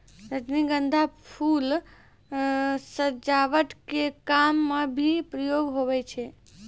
रजनीगंधा फूल सजावट के काम मे भी प्रयोग हुवै छै